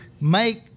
make